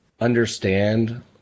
understand